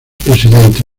presidente